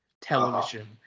Television